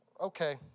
Okay